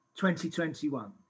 2021